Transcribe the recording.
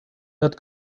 not